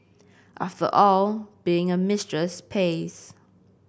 after all being a mistress pays